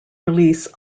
release